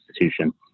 institution